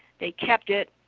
they kept it.